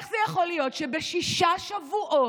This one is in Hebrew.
איך זה יכול להיות שבשישה שבועות